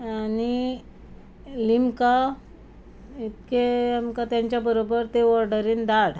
आनी लिमका इतके आमकां तांच्या बरोबर ते ऑडरीन धाड